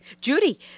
Judy